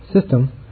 system